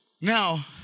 now